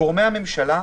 גורמי הממשלה,